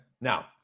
Now